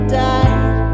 died